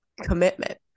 commitment